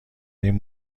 این